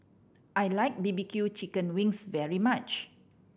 I like B B Q chicken wings very much